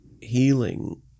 healing